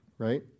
Right